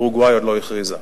אורוגוואי עוד לא הכריזה.